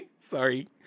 sorry